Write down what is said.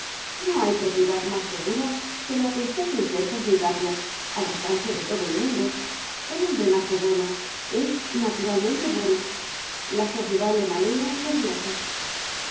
no hay propiedad más segura que la que está sin cercas ni tapias al alcance de todo el mundo el hombre nace bueno es naturalmente bueno la sociedad le malea y pervierte